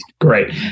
Great